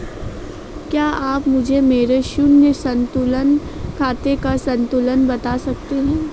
क्या आप मुझे मेरे शून्य संतुलन खाते का संतुलन बता सकते हैं?